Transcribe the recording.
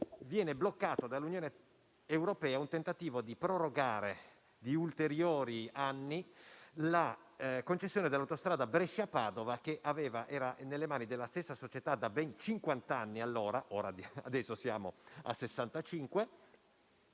viene bloccato dall'Unione europea un tentativo di prorogare di ulteriori anni la concessione dell'autostrada Brescia-Padova, che era nelle mani della stessa società da ben cinquant'anni allora - adesso siamo